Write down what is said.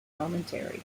commentary